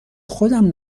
خودم